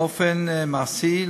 באופן מעשי,